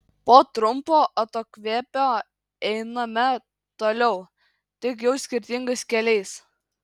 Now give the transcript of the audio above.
po trumpo atokvėpio einame toliau tik jau skirtingais keliais